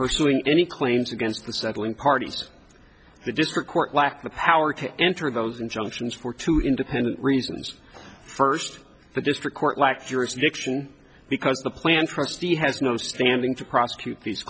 pursuing any claims against the settling parties the district court lack the power to enter those injunctions for two independent reasons first the district court lacks jurisdiction because the plan trustee has no standing to prosecute these